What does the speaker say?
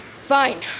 Fine